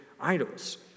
idols